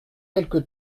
quelque